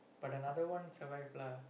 but another one survived lah